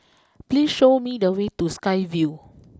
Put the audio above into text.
please show me the way to Sky Vue